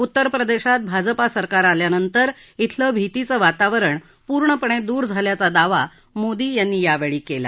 उत्तर प्रदेशात भाजपा सरकार आल्यानंतर इथलं भीतीचं वातावरण पूर्णपणे दूर झाल्याचा दावा मोदी यांनी यावेळी केला